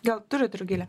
gal turit rugile